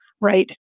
right